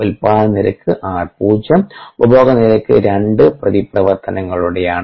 ഉത്പാദന നിരക്ക് r0 ഉപഭോഗ നിരക്ക് 2 പ്രതിപ്രവർത്തനങ്ങളിലൂടെയാണ്